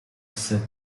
set